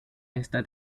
esta